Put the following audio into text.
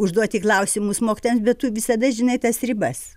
užduoti klausimus mokytojams bet tu visada žinai tas ribas